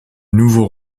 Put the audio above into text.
nouveau